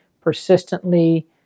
persistently